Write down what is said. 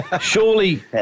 surely